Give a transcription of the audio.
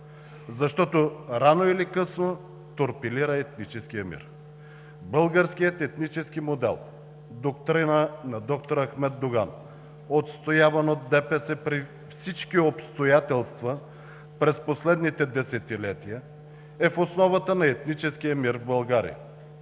защото рано или късно торпилира етническия мир. Българският етнически модел – доктрина на д-р Ахмед Доган, отстояван от ДПС при всички обстоятелства през последните десетилетия, е в основата на етническия мир в България.